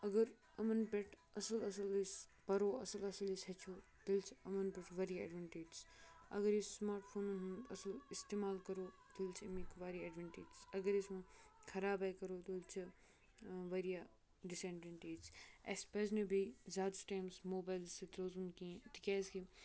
اگر یِمَن پٮ۪ٹھ اَصٕل اَصٕل أسۍ پرو اَصٕل اَصٕل أسۍ ہیٚچھو تیٚلہِ چھِ یِمَن پٮ۪ٹھ واریاہ اٮ۪ڈوٮ۪نٹیجِز اگر أسۍ سماٹ فونَن ہُنٛد اَصٕل استعمال کَرو تیٚلہِ چھِ اَمِکۍ واریاہ اٮ۪ڈوٮ۪نٹیجِز اگر أسۍ وَنۍ خراب آے کَرو تیٚلہِ چھِ واریاہ ڈِس اٮ۪ڈوٮ۪نٹیجِز اَسہِ پَزِ نہٕ بیٚیہِ زیادَس ٹایمَس موبایلَس سۭتۍ روزُن کیںٛہہ تِکیٛازِکہِ